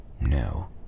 No